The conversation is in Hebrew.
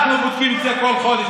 אנחנו בודקים את זה כל חודש,